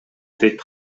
дейт